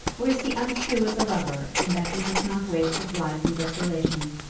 or is he untrue as a lover in that he does not waste his life in desolation,